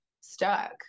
stuck